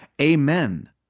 Amen